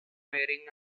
wearing